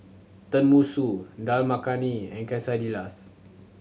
Tenmusu Dal Makhani and Quesadillas